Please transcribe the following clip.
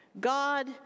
God